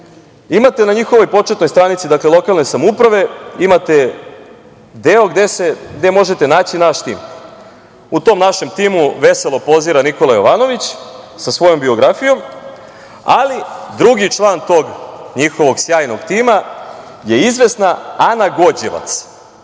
imate na njihovoj početnoj stranici, dakle, „Lokalne samouprave“, imate deo gde možete naći naš tim. U tom našem timu veselo pozira Nikola Jovanović, sa svojom biografijom, ali drugi član tog njihovog sjajnog tima je izvesna Ana Gođevac.